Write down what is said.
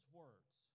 words